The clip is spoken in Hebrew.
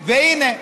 והינה,